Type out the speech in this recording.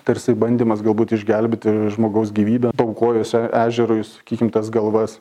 tarsi bandymas galbūt išgelbėti žmogaus gyvybę paaukojus ežerui sakykim tas galvas